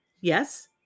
Yes